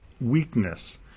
weakness